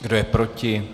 Kdo je proti?